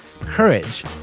courage